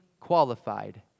qualified